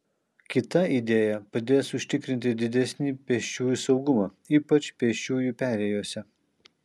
kita idėja padės užtikrinti didesnį pėsčiųjų saugumą ypač pėsčiųjų perėjose